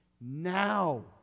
Now